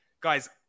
Guys